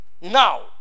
Now